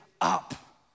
up